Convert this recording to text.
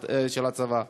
של הצבא.